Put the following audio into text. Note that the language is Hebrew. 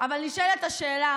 אבל נשאלת השאלה: